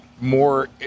more